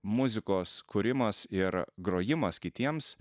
muzikos kūrimas ir grojimas kitiems